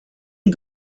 and